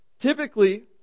typically